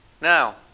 Now